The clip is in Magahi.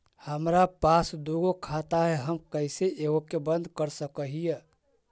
हमरा पास दु गो खाता हैं, हम कैसे एगो के बंद कर सक हिय?